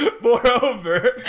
moreover